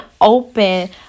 open